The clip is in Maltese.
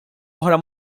oħra